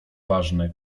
ważne